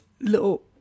little